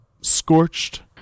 scorched